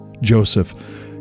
Joseph